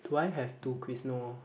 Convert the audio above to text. do I have two quiz no orh